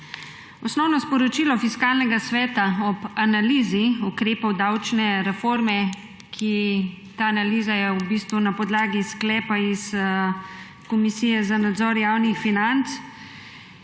Osnovno sporočilo Fiskalnega sveta ob analizi ukrepov davčne reforme – ta analiza je v bistvu na podlagi sklepa Komisije za nadzor javnih financ